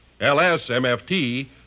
L-S-M-F-T